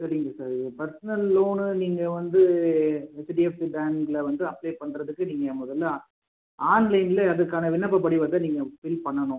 சரிங்க sir personal loan நீங்கள் வந்து ஹெச்டிஎஃப்சி பேங்கில் வந்து அப்ளை பண்றதுக்கு நீங்கள் முதல்ல ஆன்லைனில் அதற்கான விண்ணப்ப படிவத்த நீங்கள் வ் ஃபில் பண்ணணும்